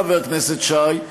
חבר הכנסת שי,